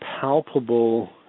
palpable